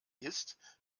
ist